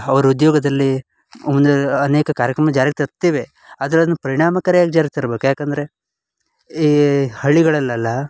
ಅವ್ರ ಉದ್ಯೋಗದಲ್ಲಿ ಒಂದು ಅನೇಕ ಕಾರ್ಯಕ್ರಮ ಜಾರಿಗೆ ತರ್ತೇವೆ ಆದರೆ ಅದ್ನ ಪರಿಣಾಮಕಾರಿಯಾಗಿ ಜಾರಿಗೆ ತರ್ಬೇಕು ಯಾಕಂದರೆ ಈ ಹಳ್ಳಿಗಳಲ್ಲೆಲ್ಲ